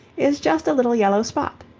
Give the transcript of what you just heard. is just a little yellow spot.